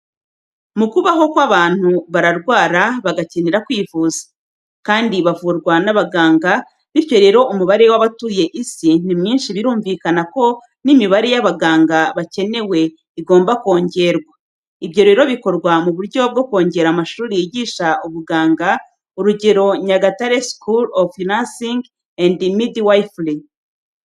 Mu kubaho kw’abantu bararwara bagakenera kwivuza, kandi bavurwa n’abaganga bityo rero umubare wabatuye isi ni mwinshi birumvikana ko n’imibare y’abaganga bakenewe igomba kongerwa. Ibyo rero bikorwa mu buryo bwo kongera amashuri yigisha ubuganga urugero, Nyagatare School of Nursing and Midwifery.